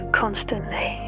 constantly